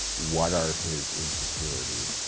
what are his insecurities,